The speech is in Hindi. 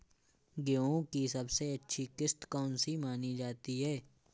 गेहूँ की सबसे अच्छी किश्त कौन सी मानी जाती है?